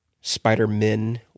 Spider-Men